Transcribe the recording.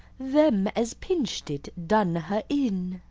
them as pinched it done her in.